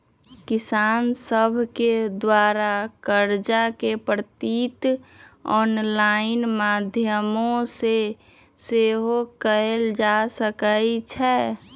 किसान सभके द्वारा करजा के प्राप्ति ऑनलाइन माध्यमो से सेहो कएल जा सकइ छै